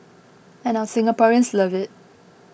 and our Singaporeans love it